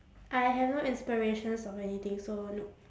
I have no inspirations of anything so nope